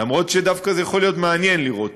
למרות שזה דווקא יכול להיות מעניין לראות